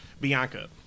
Bianca